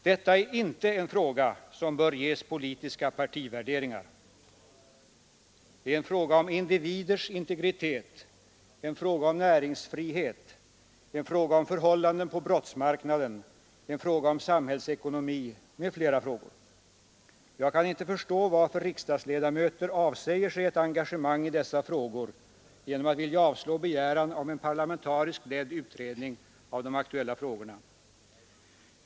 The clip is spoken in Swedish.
Detta är inte en fråga som bör ges partipolitiska värderingar; det är en fråga om individers integritet, det är en fråga om näringsfrihet, det är en fråga om förhållanden på brottsmarknaden, det är en fråga om samhällsekonomi m.fl. frågor. Jag kan inte förstå varför riksdagsledamöter avsäger sig ett engagemang i dessa frågor genom att vilja avslå begäran om en parlamentariskt ledd utredning av de aktuella spörsmålen.